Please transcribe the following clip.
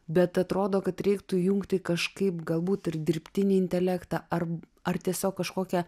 bet atrodo kad reiktų įjungti kažkaip galbūt ir dirbtinį intelektą ar ar tiesiog kažkokią